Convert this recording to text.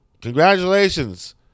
congratulations